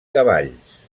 cavalls